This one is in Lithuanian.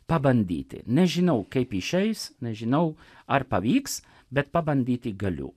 pabandyti nežinau kaip išeis nežinau ar pavyks bet pabandyti galiu